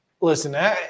Listen